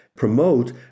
Promote